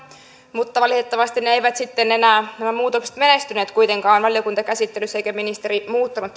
mutta valitettavasti eivät sitten enää nämä muutokset menestyneet kuitenkaan valiokuntakäsittelyssä eikä ministeri muuttanut